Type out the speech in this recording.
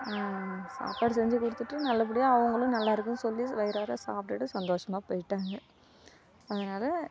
சாப்பாடு செஞ்சு கொடுத்துட்டு நல்லபடியாக அவங்களும் நல்லா இருக்குது சொல்லி வயிறார சாப்பிட்டுட்டு சந்தோஷமாக போயிட்டாங்க அதனால்